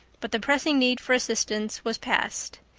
but the pressing need for assistance was past.